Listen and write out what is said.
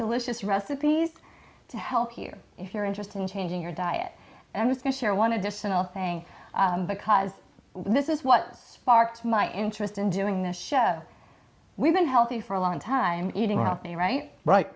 delicious recipes to help you if you're interested in changing your diet i was going to share one additional thing because this is what sparked my interest in doing the show we've been healthy for a long time eating healthy right right